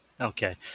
Okay